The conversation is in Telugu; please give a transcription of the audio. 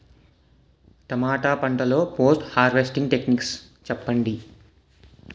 టమాటా పంట లొ పోస్ట్ హార్వెస్టింగ్ టెక్నిక్స్ చెప్పండి?